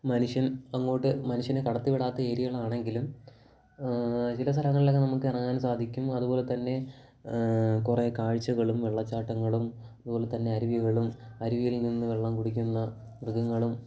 മനുഷ്യൻ അങ്ങോട്ട് മനുഷ്യനെ കടത്തി വിടാത്ത ഏരിയകളാണെങ്കിലും ചില സ്ഥലങ്ങളിലൊക്കെ നമുക്ക് ഇറങ്ങാൻ സാധിക്കും അതുപോലെത്തന്നെ കുറേ കാഴ്ചകളും വെള്ളച്ചാട്ടങ്ങളും അതുപോലെത്തന്നെ അരുവികളും അരുവികളിൽ നിന്നു വെള്ളം കുടിക്കുന്ന മൃഗങ്ങളും